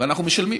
ואנחנו משלמים.